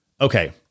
Okay